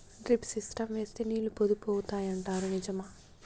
Drip system వేస్తే నీళ్లు పొదుపు అవుతాయి అంటారు నిజమా?